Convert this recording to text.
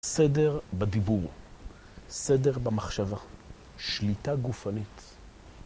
סדר בדיבור, סדר במחשבה, שליטה גופנית.